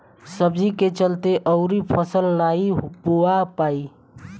सब्जी के चलते अउर फसल नाइ बोवा पाई